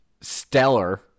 stellar